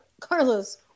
Carlos